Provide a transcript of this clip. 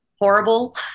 horrible